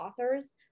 authors